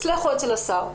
אצלך או אצל השר?